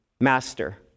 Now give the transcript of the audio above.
master